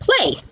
play